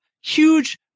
huge